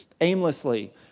aimlessly